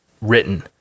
written